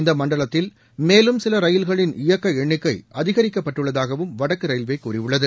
இந்த மண்டலத்தில் மேலும் ரயில்களின் இயக்க எண்ணிக்கை அதிகரிக்கப்பட்டுள்ளதாகவும் வடக்கு ரயில்வே கூறியுள்ளது